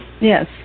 Yes